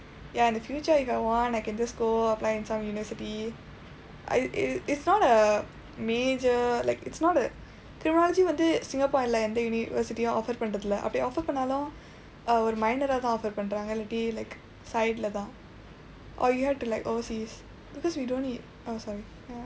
ya in the future if I want I can just go apply in some university I eh it's not a major like it's not a criminology வந்து:vandthu Singapore-lae எந்த:endtha university offer பண்றது இல்லை அப்படி:panrathu illai appadi offer பண்ணாலும் ஒரு:pannaalum oru minor ah தான்:thaan offer பண்றாங்க இல்லாட்டி:pandraanga illaatti like side இல்ல தான்:illa thaan or you have to like overseas because we don't need oh sorry